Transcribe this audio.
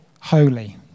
holy